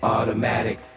Automatic